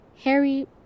Harry